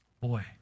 Boy